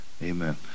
amen